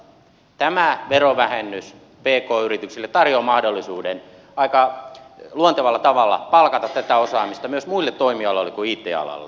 tämä verovähennys pk yrityksille tarjoaa mahdollisuuden aika luontevalla tavalla palkata tätä osaamista myös muille toimialoille kuin it alalle